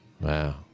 Wow